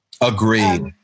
Agreed